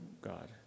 God